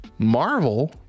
Marvel